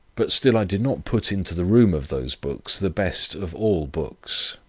but still i did not put into the room of those books the best of all books.